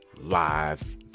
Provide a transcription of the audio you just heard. live